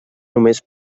només